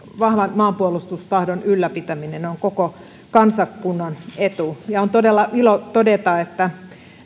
maanpuolustustahdon ylläpitäminen on koko kansakunnan etu ja on todella ilo todeta